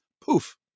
Poof